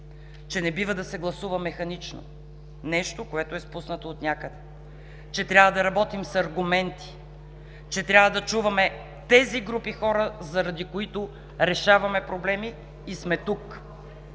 че не бива да се гласува механично нещо, което е спуснато отнякъде, че трябва да работим с аргументи, че трябва да чуваме тези групи хора, заради които решаваме проблеми и сме тук.